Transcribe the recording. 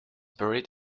buried